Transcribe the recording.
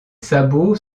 sabots